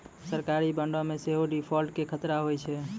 सरकारी बांडो मे सेहो डिफ़ॉल्ट के खतरा होय छै